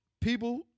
people